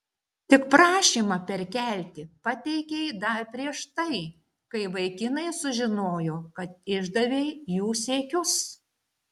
tik prašymą perkelti pateikei dar prieš tai kai vaikinai sužinojo kad išdavei jų siekius